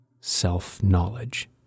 self-knowledge